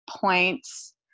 points